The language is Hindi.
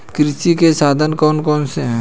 कृषि के साधन कौन कौन से हैं?